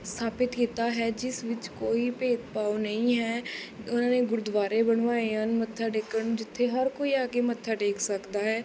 ਸਥਾਪਿਤ ਕੀਤਾ ਹੈ ਜਿਸ ਵਿੱਚ ਕੋਈ ਭੇਦਭਾਵ ਨਹੀਂ ਹੈ ਉਨ੍ਹਾਂ ਨੇ ਗੁਰਦੁਆਰੇ ਬਣਵਾਏ ਹਨ ਮੱਥਾ ਟੇਕਣ ਨੂੰ ਜਿੱਥੇ ਹਰ ਕੋਈ ਆ ਕੇ ਮੱਥਾ ਟੇਕ ਸਕਦਾ ਹੈ